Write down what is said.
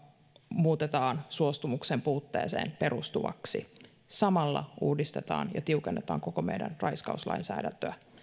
muutetaan suostumuksen puutteeseen perustuvaksi samalla uudistetaan ja tiukennetaan koko meidän raiskauslainsäädäntöä